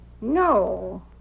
No